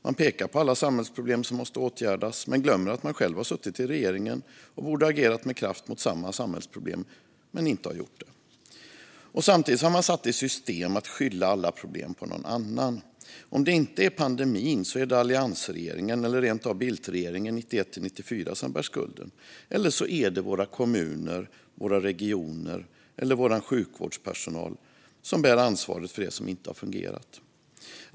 Man pekar på alla samhällsproblem som måste åtgärdas men glömmer att man själv har suttit i regeringen och borde ha agerat med kraft mot samma samhällsproblem men inte har gjort det. Samtidigt har man satt i system att skylla alla problem på någon annan. Om det inte är pandemin är det alliansregeringen eller rent av Bildtregeringen 1991-1994 som bär skulden. Eller så är det våra kommuner, våra regioner eller vår sjukvårdspersonal som bär ansvaret för det som inte har fungerat.